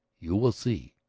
you will see!